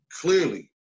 clearly